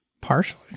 partially